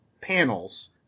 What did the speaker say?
panels